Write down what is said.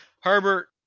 Herbert